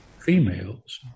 females